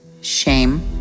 shame